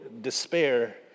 despair